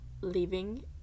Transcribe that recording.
leaving